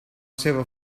seva